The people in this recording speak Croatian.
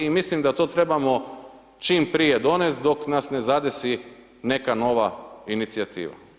I mislim da to trebamo čim prije donesti dok nas ne zadesi neka nova inicijativa.